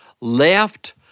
left